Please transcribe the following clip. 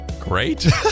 Great